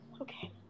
Okay